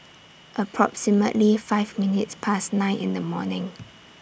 approximately five minutes Past nine in The morning